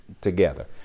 together